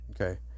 Okay